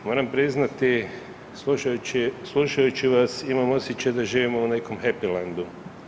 Moram priznati slušajući vas imam osjećaj da živimo u nekom happy landu.